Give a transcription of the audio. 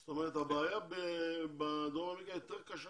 זאת אומרת הבעיה בדרום אמריקה יותר קשה